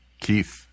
Keith